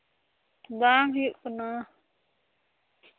ᱵᱟᱝ ᱦᱩᱭᱩᱜ ᱠᱟᱱᱟ